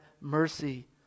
mercy